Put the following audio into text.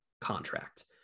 contract